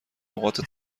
نقاط